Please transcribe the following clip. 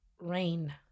Rain